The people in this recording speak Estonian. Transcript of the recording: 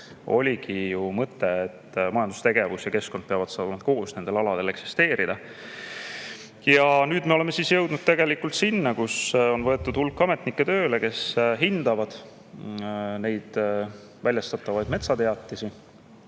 Oligi ju mõte, et majandustegevus ja keskkond peavad saama koos ka nendel aladel eksisteerida. Ja nüüd me oleme siis jõudnud tegelikult sinna, et on võetud hulk ametnikke tööle, kes hindavad neid väljastatavaid metsateatisi.